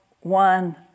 one